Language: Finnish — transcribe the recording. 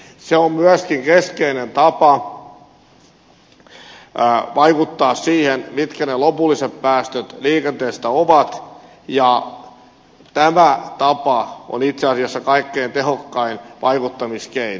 se on myöskin keskeinen tapa vaikuttaa siihen mitkä ne lopulliset päästöt liikenteestä ovat ja tämä tapa on itse asiassa kaikkein tehokkain vaikuttamiskeino